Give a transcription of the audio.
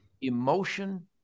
emotion